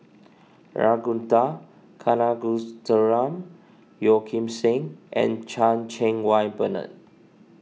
Ragunathar Kanagasuntheram Yeo Kim Seng and Chan Cheng Wah Bernard